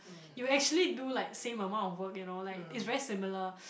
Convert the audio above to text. you actually do like same amount of work you know like it's very similar